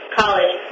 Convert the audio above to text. college